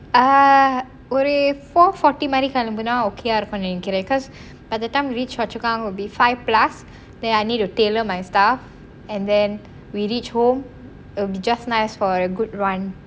uh ஒரு:oru four forty மாதிரி கிளம்புனா:maathiri kilambuna okay யா இருக்கும்னு நினைக்கிறேன்:ya irukumnu ninaikiraen because by the time we reach choa chu kang will be five plus there I need to tailor my stuff and then we reach home will be just nice for a good run